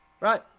Right